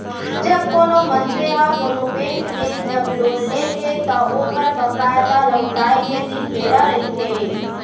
जब कोनो मनसे ह कोनो बेंक ले जब लोन लेथे त ओखर बकायदा लहुटाय के दिन बेरा रहिथे